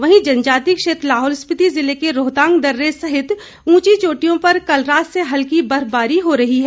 वहीं जनजातीय क्षेत्र लाहौल स्पिति जिले के रोहतांग दर्रे सहित ऊंची चोटियों पर कल रात से हल्की बर्फबारी हो रही है